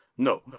No